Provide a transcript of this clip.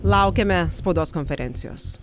laukiame spaudos konferencijos